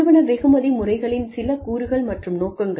நிறுவன வெகுமதி முறைகளின் சில கூறுகள் மற்றும் நோக்கங்கள்